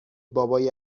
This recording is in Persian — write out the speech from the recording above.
بابای